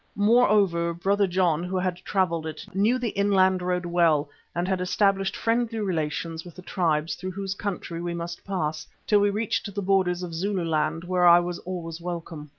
moreover, brother john, who had travelled it, knew the inland road well and had established friendly relations with the tribes through whose country we must pass, till we reached the brothers of zululand, where i was always welcome.